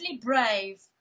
brave